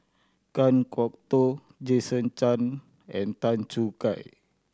Kan Kwok Toh Jason Chan and Tan Choo Kai